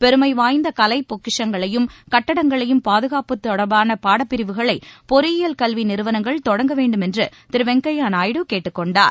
பெருமை வாய்ந்த கலை பொக்கிஷங்களையும் கட்டடங்களையும் பாதுகாப்பது தொடர்பான பாடப்பிரிவுகளை பொறியியல் கல்வி நிறுவனங்கள் தொடங்க வேண்டுமென்று திரு வெங்கய்ய நாயுடு கேட்டுக் கொண்டார்